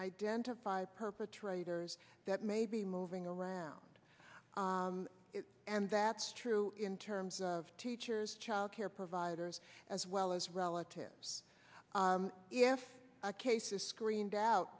identify perpetrators that may be moving around and that's true in terms of teachers child care providers as well as relatives if a case is screened out